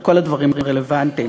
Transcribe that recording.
כל הדברים רלוונטיים.